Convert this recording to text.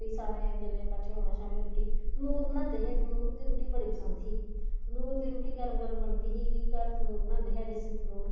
फी सारें जेल्लै कट्ठे होना शामी रूट्टी खमीरे बनांदे हे खमीरे दी रूट्टी बड़ी पसंद ही खमीरे दी रूट्टी गर्म गर्म बनदी ही कि घर खमीरे बनांदे हे खमीरे